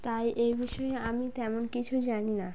তাই এই বিষয়ে আমি তেমন কিছু জানি না